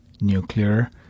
nuclear